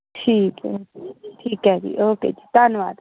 ਠੀਕ ਹੈ ਠੀਕ ਹੈ ਜੀ ਓਕੇ ਜੀ ਧੰਨਵਾਦ